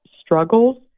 struggles